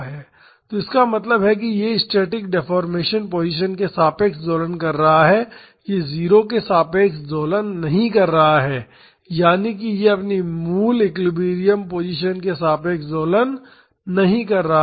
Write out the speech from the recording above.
तो इसका मतलब है यह स्टैटिक डेफोर्मेशन पोजीशन के सापेक्ष दोलन कर रहा है यह 0 के सापेक्ष दोलन नहीं कर रहा है यानि कि यह अपनी मूल एक्विलिब्रियम पोजीशन के सापेक्ष दोलन नहीं कर रहा है